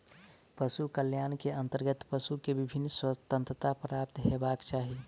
पशु कल्याण के अंतर्गत पशु के विभिन्न स्वतंत्रता प्राप्त हेबाक चाही